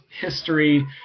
history